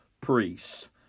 priests